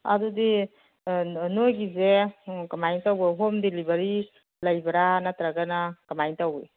ꯑꯗꯨꯗꯤ ꯅꯣꯏꯒꯤꯁꯦ ꯀꯃꯥꯏꯅ ꯇꯧꯕ ꯍꯣꯝ ꯗꯤꯂꯤꯕꯔꯤ ꯂꯩꯕꯔ ꯅꯠꯇꯔꯒꯅ ꯀꯃꯥꯏꯅ ꯇꯧꯏ